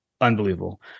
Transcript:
Unbelievable